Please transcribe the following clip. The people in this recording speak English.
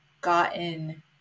gotten